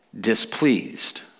displeased